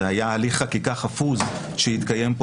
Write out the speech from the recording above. זה היה הליך חקיקה חפוז שהתקיים פה